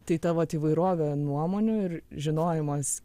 tai ta vat įvairovė nuomonių ir žinojimas